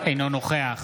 אינו נוכח